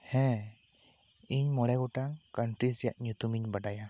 ᱦᱮᱸ ᱤᱧ ᱢᱚᱬᱮ ᱜᱚᱴᱟᱝ ᱠᱟᱱᱴᱨᱤᱡᱽ ᱨᱮᱱᱟᱜ ᱧᱩᱛᱩᱢ ᱤᱧ ᱵᱟᱰᱟᱭᱟ